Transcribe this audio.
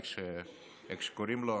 איך שקוראים לו,